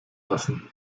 lassen